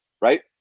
right